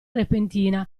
repentina